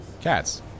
Cats